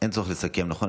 אין צורך לסכם, נכון?